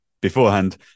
beforehand